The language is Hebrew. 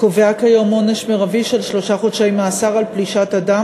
קובע כיום עונש מרבי של שלושה חודשי מאסר על פלישת אדם